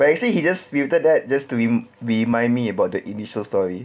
but he say he just filtered that just to remind me about the initial story